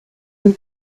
and